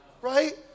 Right